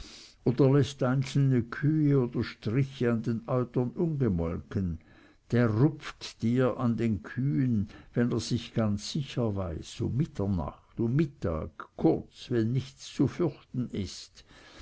kühe oder stricke an den eutern ungemolken der rupft dir an den kühen wenn er sich ganz sicher weiß um mitternacht um mittag kurz wenn nichts zu fürchten ist